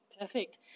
Perfect